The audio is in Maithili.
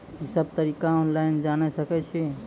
ई सब तरीका ऑनलाइन जानि सकैत छी?